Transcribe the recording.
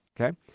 Okay